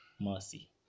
mercy